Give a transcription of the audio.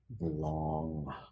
long